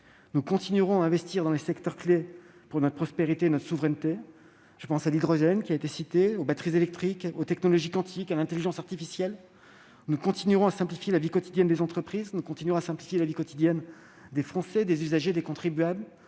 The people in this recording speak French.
Nous continuerons à investir dans les secteurs clés pour notre prospérité et notre souveraineté. Je pense à l'hydrogène, qui a été cité, aux batteries électriques, aux technologies quantiques, à l'intelligence artificielle. Nous continuerons à simplifier la vie quotidienne des entreprises, des Français, des usagers, des contribuables.